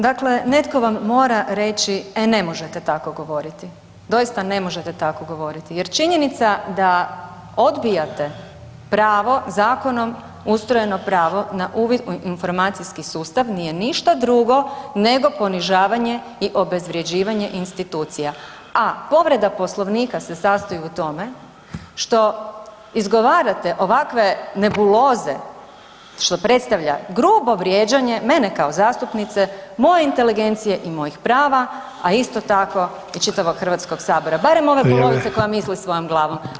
Dakle, netko vam mora reći da ne možete tako govoriti, doista ne možete tako govoriti jer činjenica da odbijate pravo zakonom ustrojeno pravo na uvid u informacijski sustav nije ništa drugo nego ponižavanje i obezvređivanje institucija, a povreda Poslovnika se sastoji u tome što izgovarate ovakve nebuloze što predstavlja grubo vrijeđanje mene kao zastupnice, moje inteligencije i mojih prava, a isto tako i čitavog Hrvatskog sabora barem ove polovice koja misli svojom glavom.